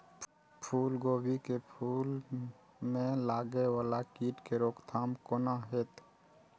फुल गोभी के फुल में लागे वाला कीट के रोकथाम कौना हैत?